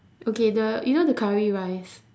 okay the you know the curry rice